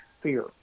fear